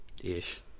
Ish